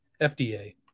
FDA